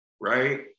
Right